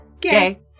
Gay